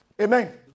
Amen